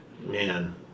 Man